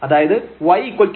അതായത് y0